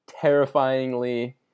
terrifyingly